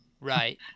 right